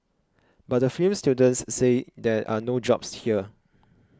but the film students say there are no jobs here